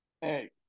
Hey